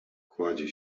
kładzie